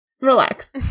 relax